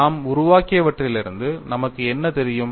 நாம் உருவாக்கியவற்றிலிருந்து நமக்கு என்ன தெரியும்